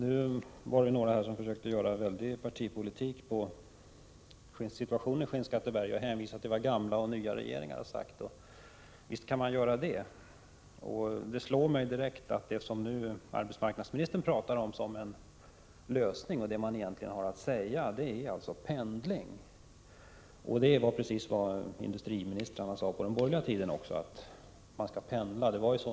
Herr talman! Nu försökte några göra stor partipolitik av situationen i Skinnskatteberg och hänvisade till vad gamla och nya regeringar har sagt. Och visst kan man göra det. Det slår mig direkt att det arbetsmarknadsministern pratar om som en lösning, och det man egentligen har att säga om problemet, är pendling. Det var precis vad industriministrarna sade även på den borgerliga tiden — människorna skall pendla.